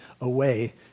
away